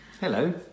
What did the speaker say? Hello